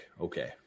okay